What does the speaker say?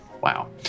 Wow